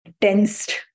tensed